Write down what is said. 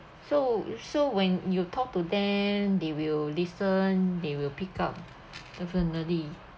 so you so when you talk to them they will listen they will pick up definitely